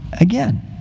again